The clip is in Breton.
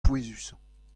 pouezusañ